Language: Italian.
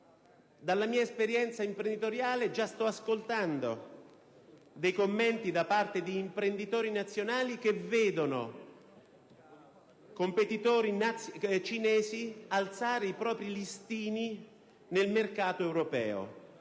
Nella mia esperienza imprenditoriale già sento commenti da parte di imprenditori nazionali che vedono i competitori cinesi alzare i propri listini nel mercato europeo.